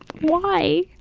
why?